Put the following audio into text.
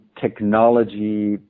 technology